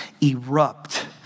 erupt